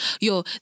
yo